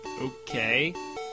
okay